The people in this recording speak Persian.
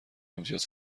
امتیاز